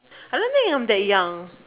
I don't think I'm that young